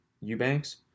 Eubanks